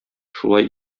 шулай